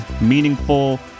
meaningful